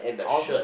I also